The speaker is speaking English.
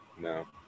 No